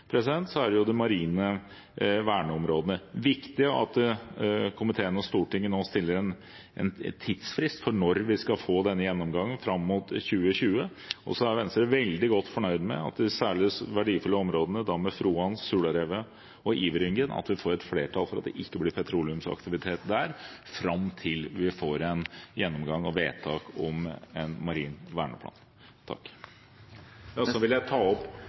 det marine verneområdet. Det er viktig at komiteen og Stortinget nå setter en tidsfrist for når vi skal få denne gjennomgangen fram mot 2020. Venstre er også veldig godt fornøyd med at når det gjelder de særlig verdifulle områdene, med Froan, Sularevet og Iverryggen, får vi flertall for at det ikke blir petroleumsaktivitet der fram til vi får en gjennomgang og vedtak om en marin verneplan. Jeg vil varsle at Venstre vil